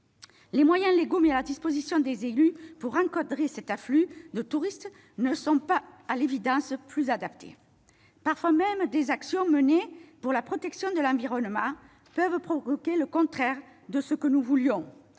les moyens légaux mis à la disposition des élus pour encadrer cet afflux de touristes ne sont pas adaptés. Parfois, des actions menées pour la protection de l'environnement peuvent provoquer le contraire de ce que nous voulions.